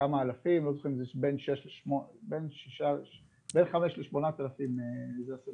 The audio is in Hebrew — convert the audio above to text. כמה אלפים, בין חמש לשמונה אלפים זה הסדר גודל.